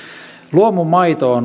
luomumaito on